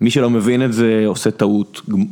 מי שלא מבין את זה עושה טעות.